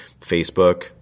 Facebook